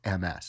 MS